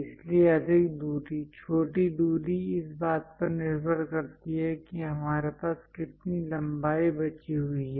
इसलिए अधिक दूरी छोटी दूरी इस बात पर निर्भर करती है कि हमारे पास कितनी लंबाई बची हुई है